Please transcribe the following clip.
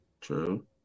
True